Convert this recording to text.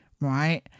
Right